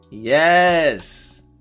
yes